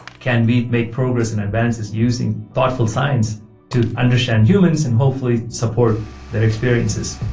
can we make progress and advances using thoughtful science to understand humans, and hopefully support their experiences?